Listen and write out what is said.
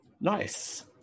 Nice